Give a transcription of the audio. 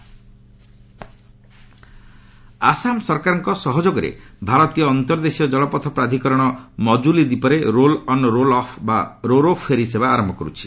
Assam roro service Assam ସରକାରଙ୍କ ସହଯୋଗରେ ଭାରତୀୟ ଅନ୍ତର୍ଦ୍ଦେଶୀୟ ଜଳପଥ ପ୍ରାଧିକରଣ ମଜୁଲି ଦ୍ୱୀପରେ ରୋଲ୍ ଅନ୍ ରୋଲ୍ ଅଫ୍ ବା ରୋରୋ ଫେରି ସେବା ଆରମ୍ଭ କରୁଛି